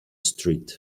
street